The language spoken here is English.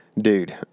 dude